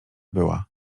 była